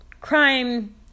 crime